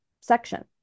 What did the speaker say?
section